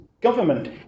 government